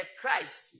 Christ